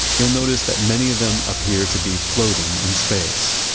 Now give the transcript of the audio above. you'll notice that many of them appear to be floating in space.